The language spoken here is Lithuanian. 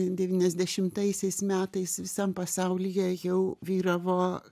devyniasdešimtaisiais metais visam pasaulyje jau vyravo